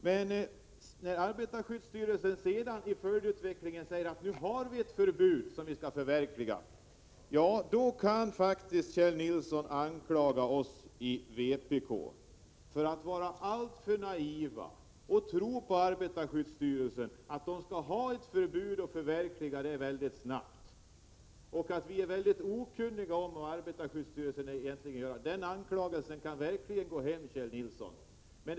Med tanke på att arbetarskyddsstyrelsen har sagt att vi nu har ett förbud som skall iakttas kan Kjell Nilsson faktiskt anklaga oss i vpk för att vara alltför naiva i vår tro på arbetarskyddsstyrelsen. Vi har trott att arbetarskyddsstyrelsen skulle se till att förbudet efterlevs mycket snart, men vi har varit mycket okunniga. En anklagelse härvidlag kan verkligen gå hem, Kjell Nilsson.